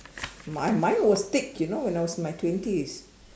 mine mine was thick you know when I was in my twenties